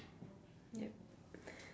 yup